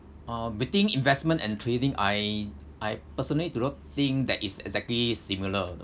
uh between investment and trading I I personally do not think that is exactly similar you know